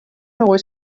always